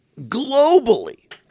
globally